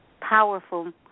powerful